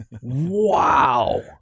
Wow